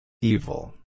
Evil